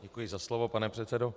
Děkuji za slovo, pane předsedo.